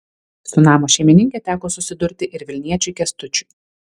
su namo šeimininke teko susidurti ir vilniečiui kęstučiui